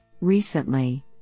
Recently